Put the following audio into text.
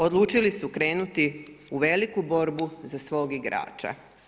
Odlučili su krenuti u veliku borbu za svog igrača.